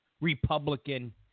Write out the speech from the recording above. Republican